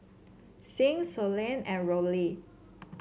Sing Sloane and Rollie